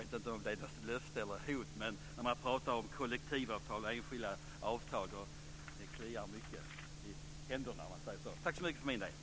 Jag vet inte om det är ett löfte eller ett hot, men det kliar mycket i mina fingrar när man pratar om kollektivavtal och enskilda avtal.